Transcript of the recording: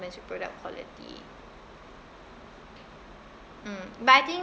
with product quality mm but I think